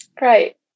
Right